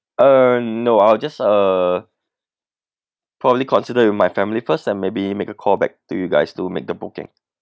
uh no I'll just uh probably consider with my family first and maybe make a call back to you guys to make the booking